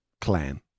Clan